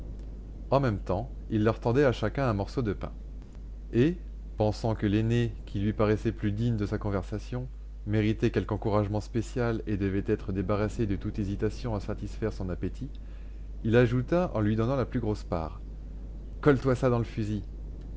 en même temps il leur tendait à chacun un morceau de pain et pensant que l'aîné qui lui paraissait plus digne de sa conversation méritait quelque encouragement spécial et devait être débarrassé de toute hésitation à satisfaire son appétit il ajouta en lui donnant la plus grosse part colle toi ça dans le fusil